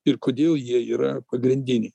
ir kodėl jie yra pagrindiniai